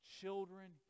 Children